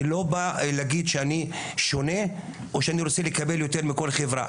אני לא בא להגיד שאני שונה או שאני רוצה לקבל יותר מכל חברה.